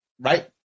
right